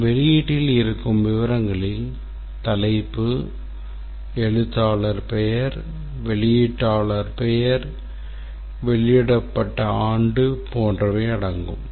மற்றும் வெளியீட்டில் இருக்கும் விவரங்களில் தலைப்பு எழுத்தாளர் பெயர் வெளியீட்டாளர் பெயர் வெளியிடப்பட்ட ஆண்டு போன்றவை அடங்கும்